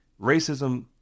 racism